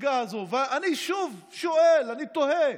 הזליגה הזו, ואני שוב שואל, אני תוהה: